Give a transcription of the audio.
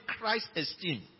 Christ-esteem